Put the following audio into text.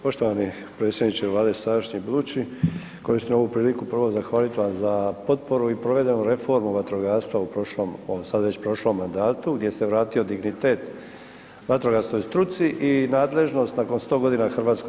Poštovani predsjedniče Vlade i sadašnji i budući, koristim ovu priliku prvo zahvalit vam za potporu i provedenu reformu vatrogastva u ovom sada već prošlom mandatu gdje se vratio dignitet vatrogasnoj struci i nadležnost nakon 100 g. HVZ-a.